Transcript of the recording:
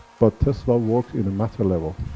but tesla worked in matter level.